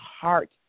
heart